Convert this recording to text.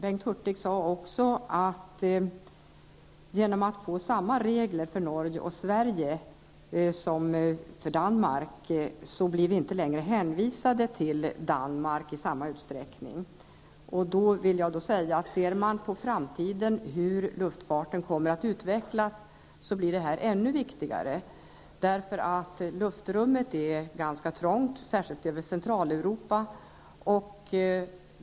Bengt Hurtig sade också att genom att samma regler gäller för Norge och Sverige som för Danmark, blir vi inte längre hänvisade till Danmark i samma utsträckning. När man ser på hur luftfarten kommer att utvecklas i framtiden blir detta ännu viktigare. Luftrummet är ganska trångt, särskilt över Centraleuropa.